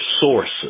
sources